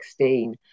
2016